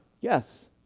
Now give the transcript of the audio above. Yes